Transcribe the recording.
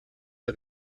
der